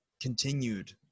continued